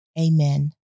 amen